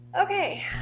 Okay